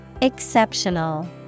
Exceptional